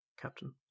Captain